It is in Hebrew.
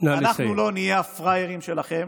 לא נהיה הפראיירים שלכם,